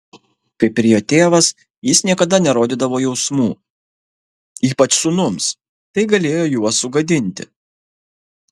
kaip ir jo tėvas jis niekada nerodydavo jausmų ypač sūnums tai galėjo juos sugadinti